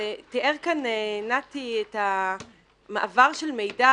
תיאר כאן נתי ביאליסטוק כהן את המעבר של מידע,